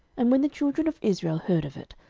and when the children of israel heard of it,